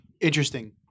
Interesting